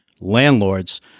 landlords